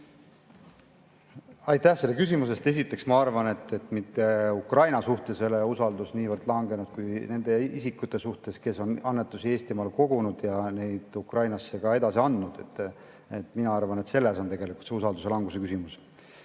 Aitäh selle küsimuse eest! Esiteks ma arvan, et mitte niivõrd Ukraina suhtes ei ole usaldus langenud, vaid nende isikute suhtes, kes on annetusi Eestimaal kogunud ja neid Ukrainasse edasi andnud. Mina arvan, et selles on tegelikult see usalduse languse küsimus.